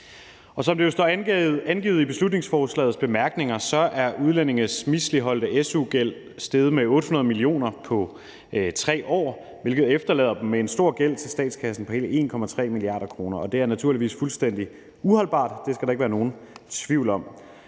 Som det jo står anført i beslutningsforslagets bemærkninger, er udlændinges misligholdte su-gæld steget med 800 mio. kr. på 3 år, hvilket efterlader dem med en stor gæld til statskassen på hele 1,3 mia. kr. Det er naturligvis fuldstændig uholdbart, det skal der ikke være nogen tvivl om.